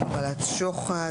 קבלת שוחד,